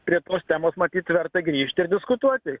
prie tos temos matyt verta grįžti ir diskutuoti